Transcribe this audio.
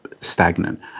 stagnant